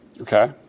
Okay